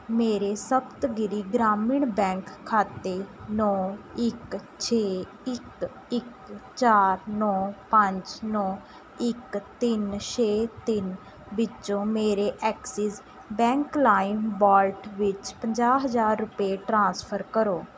ਮੇਰੇ ਸਪਤਗਿਰੀ ਗ੍ਰਾਮੀਣ ਬੈਂਕ ਖਾਤੇ ਨੌ ਇੱਕ ਛੇ ਇੱਕ ਇੱਕ ਚਾਰ ਨੌ ਪੰਜ ਨੌ ਇੱਕ ਤਿੰਨ ਛੇ ਤਿੰਨ ਵਿੱਚੋਂ ਮੇਰੇ ਐਕਸਿਸ ਬੈਂਕ ਲਾਇਮ ਵੋਲਟ ਵਿੱਚ ਪੰਜਾਹ ਹਜ਼ਾਰ ਰੁਪਏ ਟ੍ਰਾਂਸਫਰ ਕਰੋ